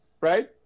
right